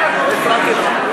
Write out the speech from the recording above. לא הפרעתי לך.